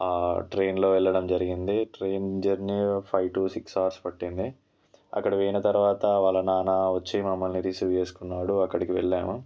ట్రైన్లో వెళ్లడం జరిగింది train journey five to six hours పట్టింది అక్కడ పోయిన తర్వాత వాళ్ళ నాన్న వచ్చి మమ్మల్ని రిసీవ్ చేసుకున్నాడు అక్కడికి వెళ్లాము